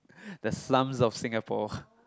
the slums of Singapore